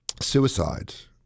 suicides